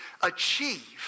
achieve